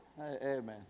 Amen